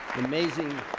amazing